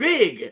Big